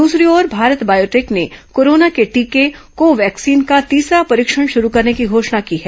दूसरी ओर भारत बायोटेक ने कोरोना के टीके को वैक्सीन का तीसरा परीक्षण शुरू करने की घोषणा की है